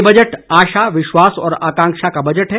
ये बजट आशा विश्वास और आकांक्षा का बजट है